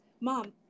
mom